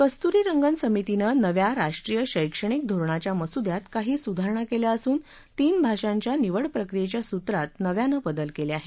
कस्तुरीरंगन समितीनं नव्या राष्ट्रीय शैक्षणिक धोरणाच्या मसुद्यात काही सुधारणा केल्या असून तीन भाषांच्या निवडप्रक्रियेच्या सूत्रात नव्यानं बदल केले आहेत